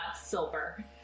silver